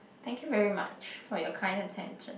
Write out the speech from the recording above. thank you very much for your kind attention